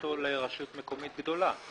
וטו לרשות מקומית גדולה.